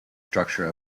structure